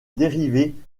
dérivés